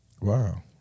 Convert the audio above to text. Wow